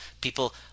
people